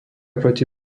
proti